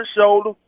shoulder